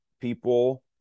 people